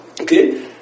Okay